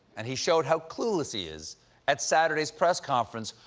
and he showed how clueless he is at saturday's press conference,